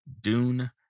Dune